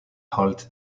halt